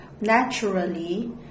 naturally